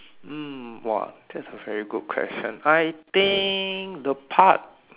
mm !wah! that's a very good question I think the part